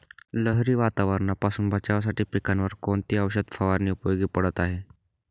लहरी वातावरणापासून बचावासाठी पिकांवर कोणती औषध फवारणी उपयोगी पडत आहे?